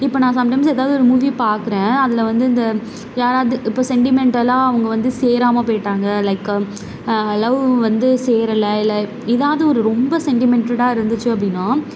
இப்போ நான் sometimes எதாவது ஒரு மூவி பார்க்குறேன் அதில் வந்து இந்த யாராவது இந்த இப்போ செண்டிமெண்டலாக அவங்க வந்து சேராமல் போய்விட்டாங்க லைக்கு லவ்வு வந்து சேரலை இல்லை எதாவது ஒரு ரொம்ப செண்டிமெண்டலாக இருந்துச்சு அப்படினா